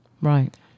right